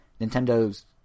Nintendo's